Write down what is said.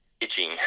itching